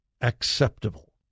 acceptable